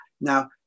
Now